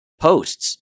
posts